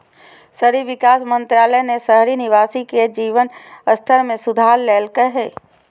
शहरी विकास मंत्रालय ने शहरी निवासी के जीवन स्तर में सुधार लैल्कय हइ